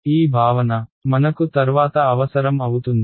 ఈ భావన మనకు తర్వాత అవసరం అవుతుంది